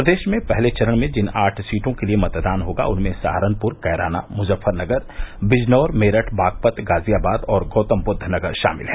प्रदेश में पहले चरण में जिन आठ सीटों के लिए मतदान होगा उनमें सहारनपुर कैराना मुजफ्फरनगर विजनौर मेरठ बागपत गाजियाबाद और गौतमबुद्दनगर शामिल हैं